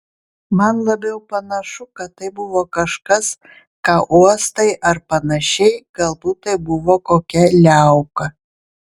man labiau panašu kad tai buvo kažkas ką uostai ar panašiai galbūt tai buvo kokia liauka